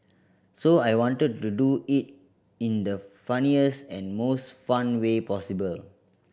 so I wanted to do it in the funniest and most fun way possible